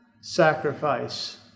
sacrifice